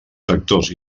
sectors